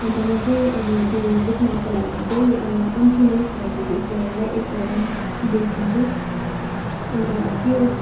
अन्त म चाहिँ अब त्यो बुकमार्कको लागि चाहिँ अब कम्ती नै फाइभ रुपिस गरेर एकवटा बेचिदिन्छु अन्त यो